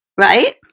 right